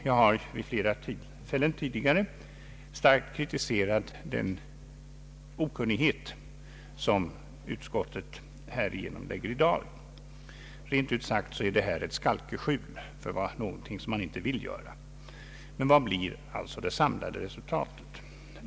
Jag har vid flera tillfällen tidigare starkt kritiserat den okunnighet som utskottet härigenom lägger i dagen. Rent ut sagt är detta ett skalkeskjul för någonting som man inte vill göra. Vad blir då det samlade resultatet?